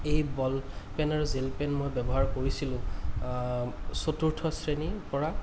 এই ball pen আৰু gel pen মই ব্য়ৱহাৰ কৰিছিলো চতুৰ্থ শ্ৰেণীৰপৰা